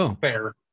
fair